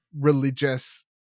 religious